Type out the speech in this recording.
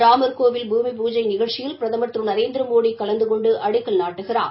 ராமர்கோவில் பூமிபூஜை நிகழ்ச்சியில் பிரதமர் திரு நரேந்திரமோடி கலந்து கொண்டு அடக்கல் நாட்டுக்கிறார்